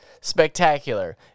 spectacular